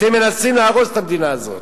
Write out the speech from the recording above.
אתם מנסים להרוס את המדינה הזאת.